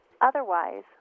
Otherwise